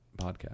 podcast